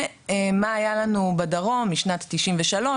ומה היה לנו בדרום משנת 93',